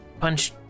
punch